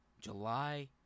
July